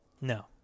No